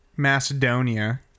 macedonia